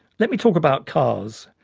let me talk about cars.